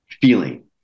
feeling